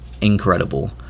incredible